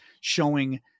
showing